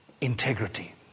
integrity